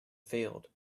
failed